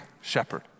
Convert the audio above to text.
shepherd